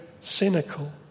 cynical